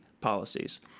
policies